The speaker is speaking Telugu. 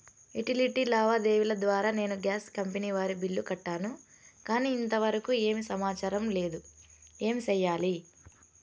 యుటిలిటీ లావాదేవీల ద్వారా నేను గ్యాస్ కంపెని వారి బిల్లు కట్టాను కానీ ఇంతవరకు ఏమి సమాచారం లేదు, ఏమి సెయ్యాలి?